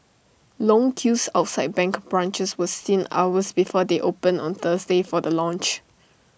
long queues outside bank branches were seen hours before they opened on Thursday for the launch